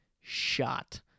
shot